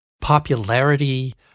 popularity